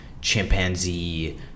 chimpanzee